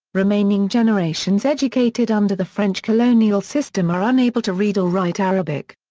remaining generations educated under the french colonial system are unable to read or write arabic.